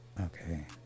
Okay